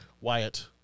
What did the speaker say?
Wyatt